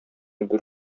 бер